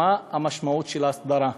מה המשמעות של הסדרה?